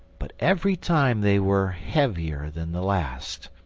but every time they were heavier than the last.